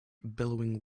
billowing